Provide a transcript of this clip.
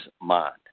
mind